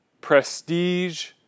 prestige